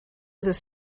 this